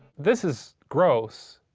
this is gross,